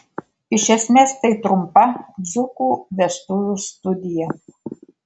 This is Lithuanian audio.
iš esmės tai trumpa dzūkų vestuvių studija